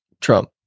trump